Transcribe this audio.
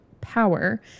power